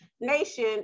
nation